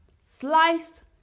Slice